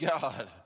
God